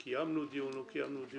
זה לא לדיון --- אדוני,